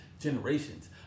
generations